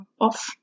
off